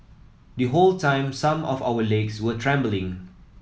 the whole time some of our legs were trembling